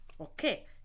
okay